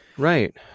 Right